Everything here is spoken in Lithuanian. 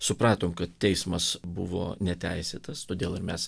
supratom kad teismas buvo neteisėtas todėl ir mes